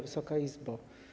Wysoka Izbo!